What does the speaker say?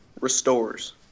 Restores